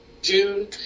June